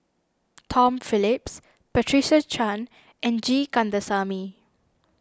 Tom Phillips Patricia Chan and G Kandasamy